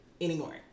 anymore